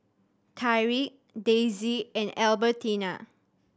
Tyrik Daisie and Albertina